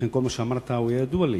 לכן כל מה שאמרת ידוע לי.